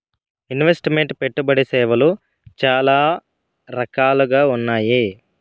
invest meant పెట్టుబడి సేవలు చాలా రకాలుగా ఉన్నాయి